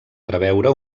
preveure